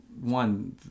one